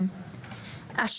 להיפתח.